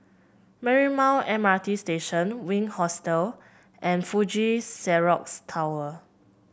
Marymount M R T Station Wink Hostel and Fuji Xerox Tower